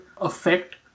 affect